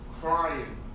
crying